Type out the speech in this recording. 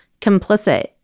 complicit